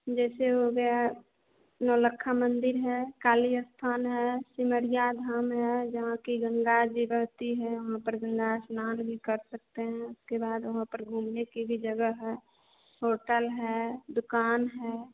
जैसे हो गया नवलखा मंदिर है काली स्थान है सिमड़िया धाम है जहाँ कि गंगा जी बहती है और वहाँ पर गंगा स्नान भी कर सकते हैं उसके बाद वहाँ पर घूमने के भी जगह है दुकान है होटल है